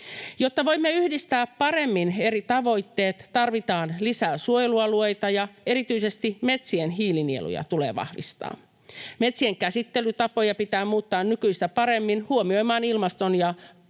Jotta voimme yhdistää paremmin eri tavoitteet, tarvitaan lisää suojelualueita ja erityisesti metsien hiilinieluja tulee vahvistaa. Metsien käsittelytapoja pitää muuttaa nykyistä paremmin huomioimaan ilmasto ja luonto